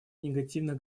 негативных